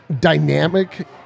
dynamic